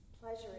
Pleasure